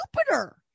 Jupiter